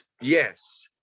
Yes